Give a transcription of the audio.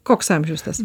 koks amžiaus tas